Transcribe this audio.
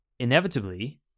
inevitably